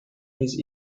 his